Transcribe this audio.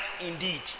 indeed